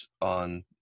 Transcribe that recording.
on